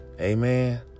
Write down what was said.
Amen